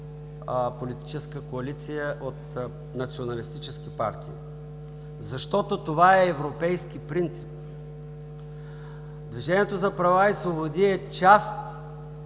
политическа коалиция от националистически партии. Защото това е европейски принцип. Движението за права и свободи е част,